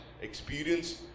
experience